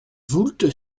voulte